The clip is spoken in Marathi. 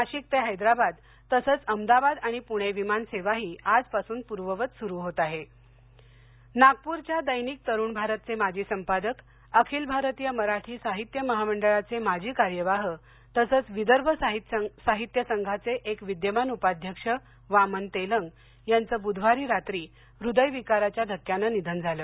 नाशिक ते हैदराबाद तसंच अहमदाबाद आणि पुणे विमान सेवाही आजपासून पूर्ववत सुरू होत आहे वामन तेलंग निधन नागपूरच्या दैनिक तरूण भारतचे माजी संपादक अखिल भारतीय मराठी साहित्य महामंडळाचे माजी कार्यवाह तसंच विदर्भ साहित्य संघाचे एक विद्यमान उपाध्यक्ष वामन तेलंग यांचे ब्धवारी रात्री हृदयविकाराच्या धक्क्यानं निधन झाले